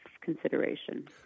consideration